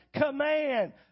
command